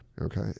okay